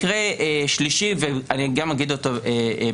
מקרה שלישי ואני גם אדבר עליו בקצרה.